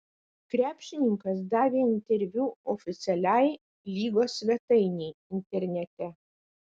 krepšininkas davė interviu oficialiai lygos svetainei internete